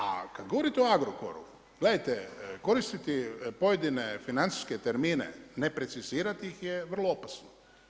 A kada govorite o Agrokoru gledajte koristiti pojedine financijske termine, ne precizirati ih je vrlo opasno.